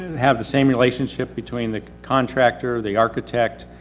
have the same relationship between the contractor, the architect